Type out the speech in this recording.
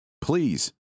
Please